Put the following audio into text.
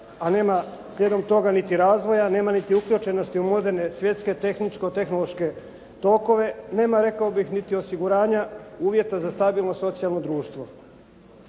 a nema slijedom toga niti razvoja, nema niti uključenosti u moderne svjetske tehničke-tehnološke tokove, nema rekao bih niti osiguranja uvjeta za stabilno socijalno društvo.